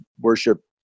worship